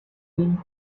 wing